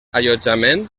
allotjament